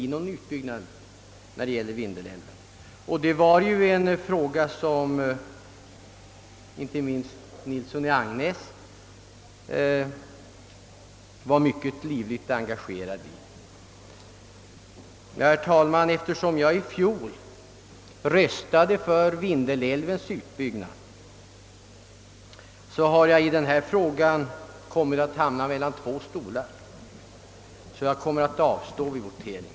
I dagens debatt har framhållits att möjligheter förfinnes för att inte denna älv skall behöva utbyggas. Herr talman! Eftersom jag i fjol röstade för Vindelälvens utbyggnad har jag i denna fråga hamnat mellan två stolar och kommer därför att avstå vid voteringen.